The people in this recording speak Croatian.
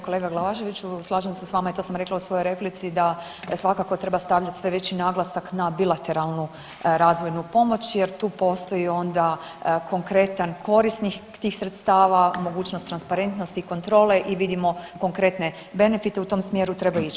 Kolega Glavaševiću slažem se s vama i to sam rekla u svojoj replici da svakako treba stavljati sve veći naglasak na bilateralnu razvojnu pomoć jer tu postoji onda konkretan korisnik tih sredstava, mogućnost transparentnosti i kontrole i vidimo konkretne benefite, u tom smjeru treba ići.